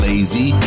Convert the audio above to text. Lazy